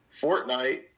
Fortnite